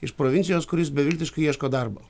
iš provincijos kuris beviltiškai ieško darbo